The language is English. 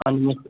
almost